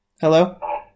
Hello